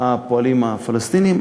הפועלים הפלסטינים.